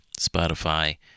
Spotify